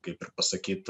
kaip ir pasakyt